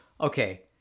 Okay